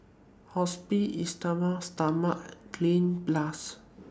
Hospicare Esteem Stoma and Cleanz Plus